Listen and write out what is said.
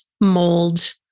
mold